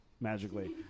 magically